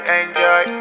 enjoy